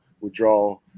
withdraw